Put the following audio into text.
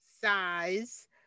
size